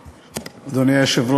בעד, 12,